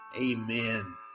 amen